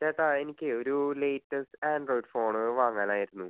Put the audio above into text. ചേട്ടാ എനിക്ക് ഒരു ലേറ്റസ്റ്റ് ആൻഡ്രോയിഡ് ഫോണ് വാങ്ങനായിരുന്നു